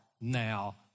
now